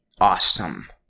awesome